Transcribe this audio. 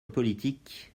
politique